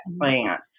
plant